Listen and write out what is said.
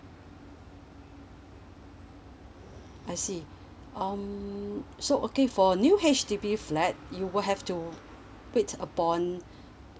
I see um so okay for new H_D_B flat you would have to wait upon